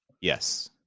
Yes